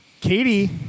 Katie